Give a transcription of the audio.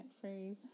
phrase